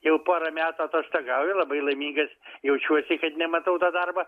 jau pora metų atostogauju labai laimingas jaučiuosi kad nematau to darbo